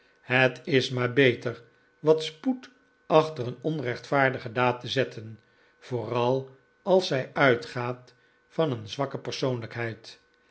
het is maar beter wat spoed achter een onrechtvaardige daad te zetten vooral als zij uitgaat van een zwakke persoonlijkheid